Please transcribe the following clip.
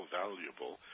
valuable